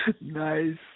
Nice